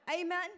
Amen